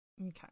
Okay